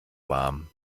warm